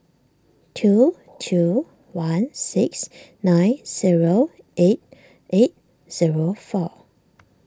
two two one six nine zero eight eight zero four